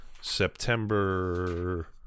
September